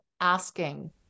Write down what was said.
asking